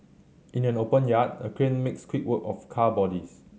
in an open yard a crane makes quick work of car bodies